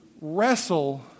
wrestle